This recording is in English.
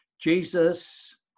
Jesus